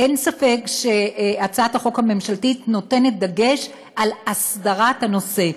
אין ספק שהצעת החוק הממשלתית נותנת דגש בהסדרת הנושא,